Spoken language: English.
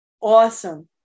Awesome